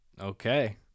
Okay